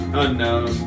unknown